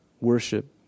worship